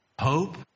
Hope